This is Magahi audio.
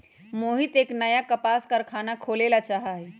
मोहित एक नया कपास कारख़ाना खोले ला चाहा हई